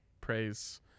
praise